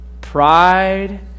pride